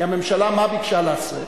כי הממשלה, מה ביקשה לעשות?